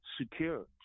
secure